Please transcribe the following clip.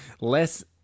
less